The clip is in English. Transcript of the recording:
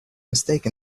mistake